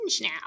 now